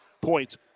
points